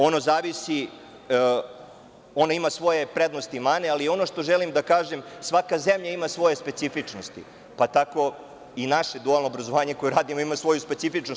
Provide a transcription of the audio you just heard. Ono ima svoje prednosti i mane, ali ono što želim da kažem, svaka zemlja ima svoje specifičnosti, pa tako i naše dualno obrazovanje koje radimo ima svoju specifičnost.